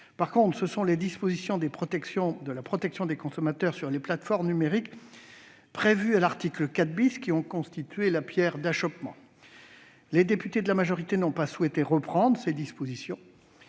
du Feader. Ce sont les mesures relatives à la protection des consommateurs sur les plateformes numériques, figurant à l'article 4 , qui ont constitué la pierre d'achoppement. Les députés de la majorité n'ont pas souhaité reprendre ces dispositions,